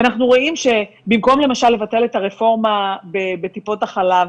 אנחנו רואים שבמקום למשל לבטל את הרפורמה בטיפות החלב,